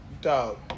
Dog